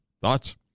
Thoughts